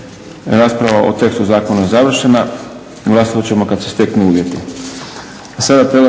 Rasprava o tekstu zakona je završena. Glasovat ćemo kad se steknu uvjeti.